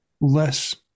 less